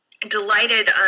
delighted